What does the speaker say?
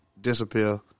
disappear